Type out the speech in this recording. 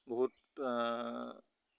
বহুত